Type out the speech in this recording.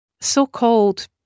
So-called